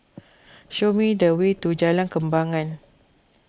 show me the way to Jalan Kembangan